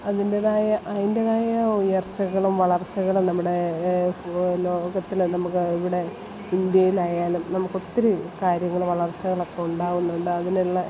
അതിൻറ്റേതായ അതിൻറ്റേതായ ഉയർച്ചകളും വളർച്ചകളും നമ്മുടെ ലോകത്തിൽ നമുക്ക് ഇവിടെ ഇന്ത്യയിലായാലും നമുക്ക് ഒത്തിരി കാര്യങ്ങൾ വളർച്ചകളൊക്കെ ഉണ്ടാകുന്നുണ്ട് അതിനുള്ള